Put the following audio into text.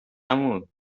عمو